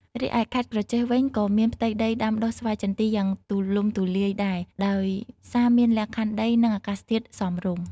រីឯខេត្តក្រចេះវិញ ក៏មានផ្ទៃដីដាំដុះស្វាយចន្ទីយ៉ាងទូលំទូលាយដែរ ដោយសារមានលក្ខខណ្ឌដី និងអាកាសធាតុសមរម្យ។